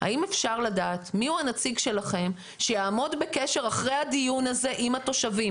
האם אפשר לדעת מיהו הנציג שלכם שיעמוד בקשר אחרי הדיון הזה עם התושבים.